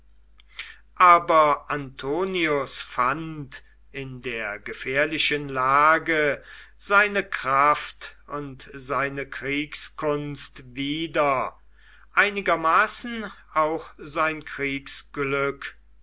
aber antonius fand in der gefährlichen lage seine kraft und seine kriegskunst wieder einigermaßen auch sein